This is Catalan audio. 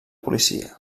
policia